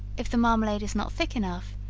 if the marmalade is not thick enough,